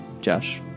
Josh